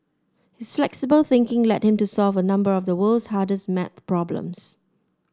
his flexible thinking led him to solve a number of the world's hardest maths problems